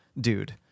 dude